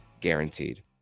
guaranteed